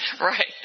Right